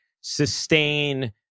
sustain